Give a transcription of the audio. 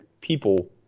people